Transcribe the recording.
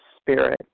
spirit